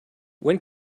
when